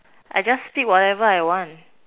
I just speak whatever I want